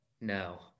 no